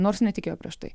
nors netikėjo prieš tai